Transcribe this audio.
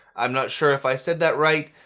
i'm not sure if i said that right,